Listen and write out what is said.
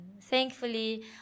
Thankfully